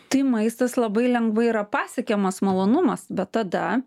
tai maistas labai lengvai yra pasiekiamas malonumas bet tada